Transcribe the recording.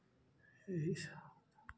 यहीं से